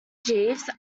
jeeves